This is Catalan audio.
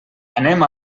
anem